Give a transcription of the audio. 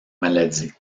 maladie